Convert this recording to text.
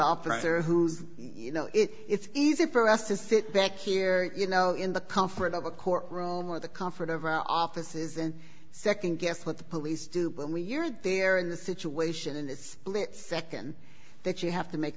officer who's you know it's easy for us to sit back here you know in the comfort of a court room with the comfort of our offices and nd guess what the police do but we you're there in the situation and it's nd that you have to make